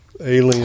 Alien